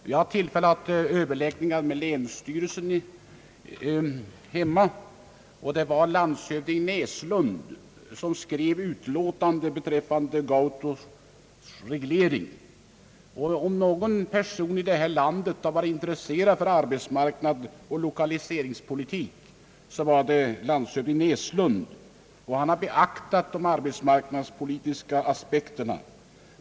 Jag har haft tillfälle till överläggningar med länsstyrelsen hemma, och det var landshövding Näslund som skrev utlåtandet beträffande Gautos reglering. Om någon person i detta land har varit intresserad av arbetsmarknadsoch lokaliseringspolitik, så var det landshövding Näslund. Han har alltid beaktat de = arbetsmarknadspolitiska aspekterna.